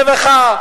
הרווחה.